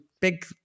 big